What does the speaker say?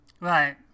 Right